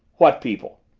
what people?